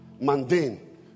Mundane